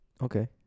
Okay